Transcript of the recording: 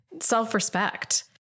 self-respect